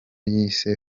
yise